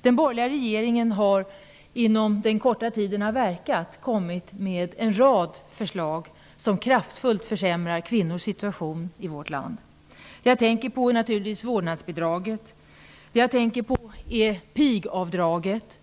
Den borgerliga regeringen har inom den korta tid den har verkat kommit med en rad förslag som kraftfullt försämrar kvinnors situation i vårt land. Jag tänker naturligtvis på vårdnadsbidraget. Jag tänker på pigavdraget.